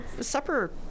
supper